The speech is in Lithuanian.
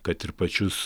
kad ir pačius